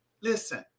Listen